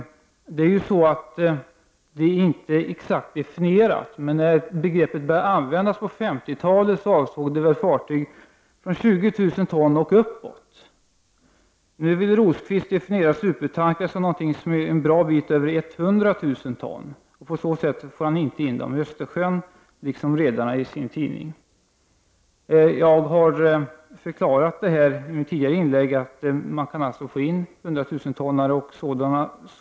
Det är inte exakt definierat. Men när begreppet började användas på 50-talet avsåg det fartyg på 20 000 ton och uppåt. Nu vill Rosqvist definiera supertanker som något som är en bra bit över 100 000 ton. På så sätt får Rosqvist inte plats med dessa fartyg i Östersjön. Jag har i mina tidigare inlägg förklarat att det går att få in ett fartyg på 100 000 ton i Östersjön.